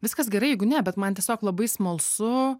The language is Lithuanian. viskas gerai jeigu ne bet man tiesiog labai smalsu